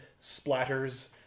splatters